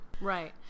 Right